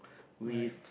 with